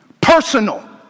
Personal